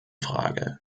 frage